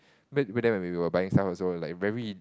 back back then we were buying stuff also like very